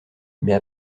mais